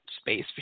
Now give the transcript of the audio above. space